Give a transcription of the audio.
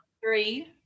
three